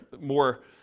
more